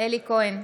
אלי כהן,